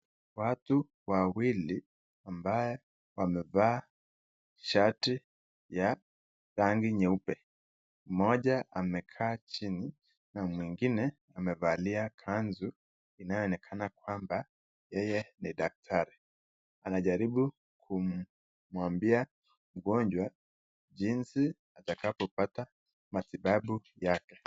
Watu wawili ambaye amevaa shati ya rangi nyeupe, mmoja amekaa chini na mwingine amevalia kanzu inayoonekana kwamba yeye ni daktari. Anajaribu kumwambia mgonjwa jinsi atakavyo pata matibabu yake.